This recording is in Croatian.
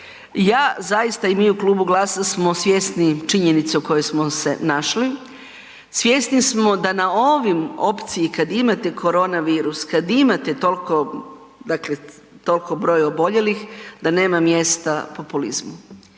Ja zaista i mi u Klubu GLAS-a smo svjesni činjenice u kojoj smo se našli, svjesni smo da na ovim opciji kad imate korona virus, kad imate tolko broj oboljelih, da nema mjesta populizmu